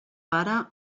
pare